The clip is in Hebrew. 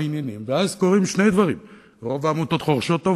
הבעיה השנייה היא התופעה של העמותות במדינת ישראל.